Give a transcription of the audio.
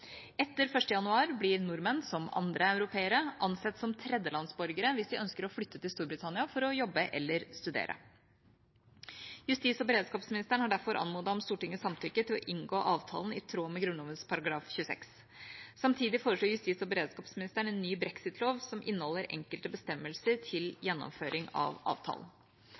Etter 1. januar blir nordmenn, som andre europeere, ansett som tredjelandsborgere hvis de ønsker å flytte til Storbritannia for å jobbe eller studere. Justis- og beredskapsministeren har derfor anmodet om Stortingets samtykke til å inngå avtalen i tråd med Grunnloven § 26. Samtidig foreslår justis- og beredskapsministeren en ny brexit-lov som inneholder enkelte bestemmelser til gjennomføring av avtalen.